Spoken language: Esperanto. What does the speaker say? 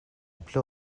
plu